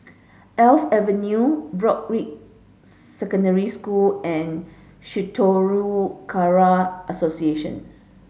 Alps Avenue Broadrick Secondary School and Shitoryu Karate Association